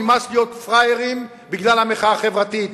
נמאס להיות פראיירים בגלל המחאה החברתית,